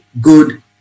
good